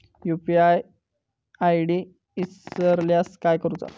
UPI ID इसरल्यास काय करुचा?